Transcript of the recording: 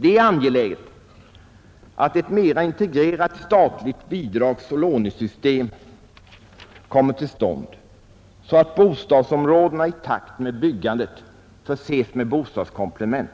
Det är angeläget att ett mera integrerat statligt bidragsoch lånesystem kommer till stånd så att bostadsområdena i takt med byggandet förses med bostadskomplement.